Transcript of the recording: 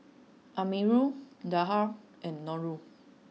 Amirul Dhia and Nurul